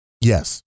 Yes